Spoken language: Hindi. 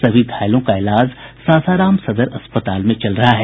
सभी घायलों का इलाज सासाराम सदर अस्पताल में चल रहा है